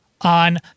on